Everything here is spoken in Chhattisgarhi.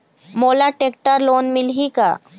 मोला टेक्टर लोन मिलही का?